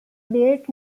built